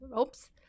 Oops